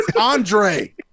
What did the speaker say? Andre